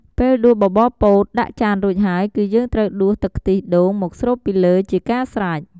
ពេលដួសបបរពោតដាក់ចានរួចហើយគឺយើងត្រូវដួសទឹកខ្ទិះដូងមកស្រូបពីលើជាការស្រេច។